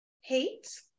hate